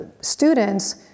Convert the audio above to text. students